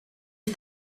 for